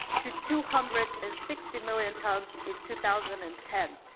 to two hundred and sixty million tons in two thousand and ten.